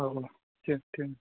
औ औ दे थें थें